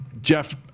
Jeff